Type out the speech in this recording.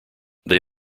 they